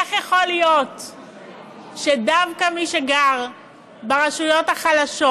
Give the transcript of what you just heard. איך יכול להיות שדווקא מי שגר ברשויות החלשות,